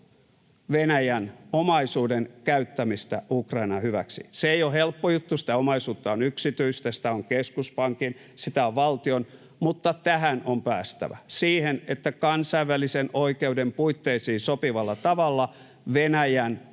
Venäjän omaisuuden käyttämistä Ukrainan hyväksi. Se ei ole helppo juttu, sitä omaisuutta on yksityistä, sitä on keskuspankin, sitä on valtion, mutta tähän on päästävä, siihen, että kansainvälisen oikeuden puitteisiin sopivalla tavalla Venäjän